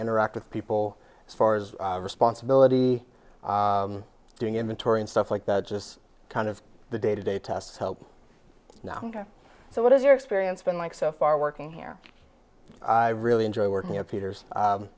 interact with people as far as responsibility doing inventory and stuff like that just kind of the day to day test now so what has your experience been like so far working here i really enjoy working at peter's